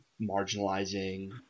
marginalizing